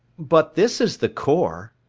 but this is the core,